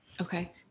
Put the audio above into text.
Okay